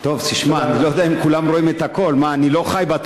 טוב, תשמע, אני לא יודע אם כולם רואים את הכול.